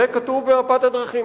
זה כתוב במפת הדרכים.